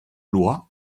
loi